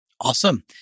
Awesome